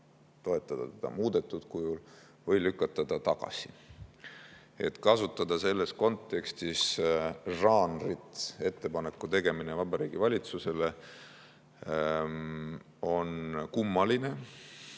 toetada seda muudetud kujul või lükata see tagasi. Kasutada selles kontekstis žanrit "ettepaneku tegemine Vabariigi Valitsusele" on kummaline,